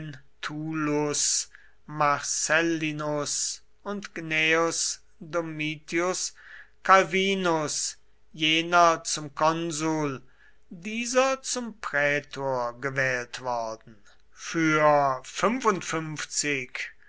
marcellinus und gnaeus domitius calvinus jener zum konsul dieser zum prätor gewählt worden für